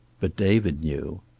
but david knew.